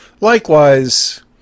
Likewise